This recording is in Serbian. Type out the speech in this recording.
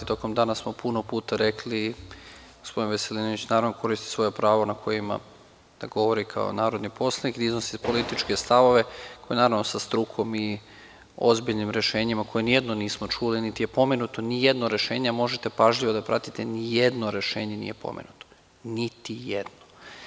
Tokom dana smo puno puta rekli, gospodin Veselinović naravno koristi svoje pravo na koje ima, da govori kao narodni poslanik i iznosi političke stavove, koje naravno sa strukom i ozbiljnim rešenjima o koje ni jedno nismo čuli, niti je pomenuto nijedno rešenje, a možete pažljivo da pratite, nijedno rešenje nije pomenuto, niti jedno.